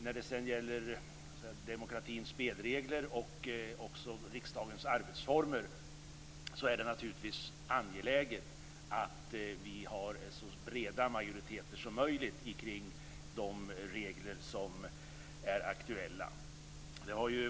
När det gäller demokratins spelregler och riksdagens arbetsformer är det naturligtvis angeläget att ha så breda majoriteter som möjligt bakom de beslut som är aktuella.